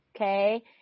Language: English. Okay